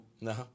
No